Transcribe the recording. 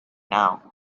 now